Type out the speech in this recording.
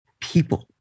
people